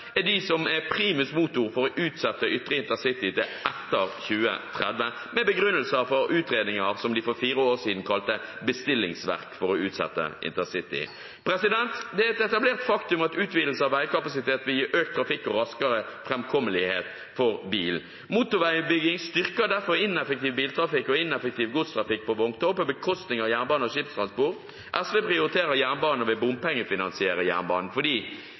er de som er primus motor for å utsette ytre intercity til etter 2030 med begrunnelse fra utredninger som de for fire år siden kalte et bestillingsverk for å utsette intercity. Det er et etablert faktum at utvidelse av veikapasitet gir økt trafikk og raskere framkommelighet for bil. Motorveiutbygging styrker derfor ineffektiv biltrafikk og ineffektiv godstrafikk på vogntog på bekostning av jernbane- og skipstransport. SV prioriterer jernbane og vil bompengefinansiere jernbane, fordi jernbane finansieres over statsbudsjettet alene og budsjetteres når kostnadene ved